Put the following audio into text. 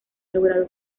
logrado